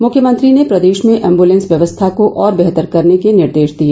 मुख्यमंत्री ने प्रदेश में एम्बुलेंस व्यवस्था को और बेहतर करने के निर्देश दिए